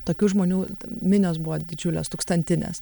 tokių žmonių minios buvo didžiulės tūkstantinės